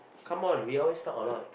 come on we always talk a lot